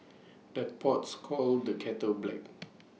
the pots calls the kettle black